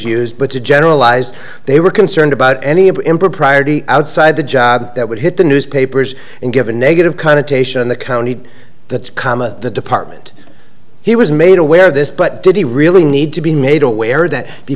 used but to generalize they were concerned about any of impropriety outside the job that would hit the newspapers and give a negative connotation the county that comma the department he was made aware of this but did he really need to be made aware that